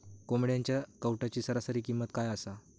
कोंबड्यांच्या कावटाची सरासरी किंमत काय असा?